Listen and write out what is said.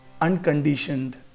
unconditioned